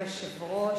אדוני היושב-ראש,